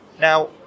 Now